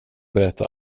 berätta